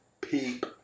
peep